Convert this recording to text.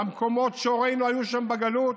מהמקומות שהורינו היו שם בגלות